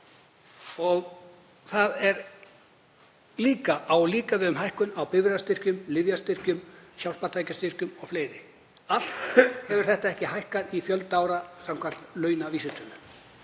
og það á líka við um hækkun á bifreiðastyrkjum, lyfjastyrkjum, hjálpartækjastyrkjum o.fl. Allt hefur þetta ekki hækkað í fjölda ára samkvæmt launavísitölu.